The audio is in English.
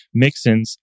Mixins